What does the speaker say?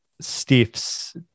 stiffs